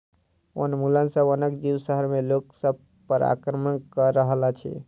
वनोन्मूलन सॅ वनक जीव शहर में लोक सभ पर आक्रमण कअ रहल अछि